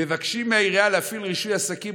מבקשים מהעירייה להפעיל רישוי עסקים,